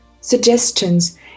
suggestions